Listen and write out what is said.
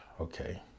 okay